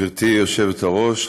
גברתי היושבת-ראש,